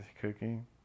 cooking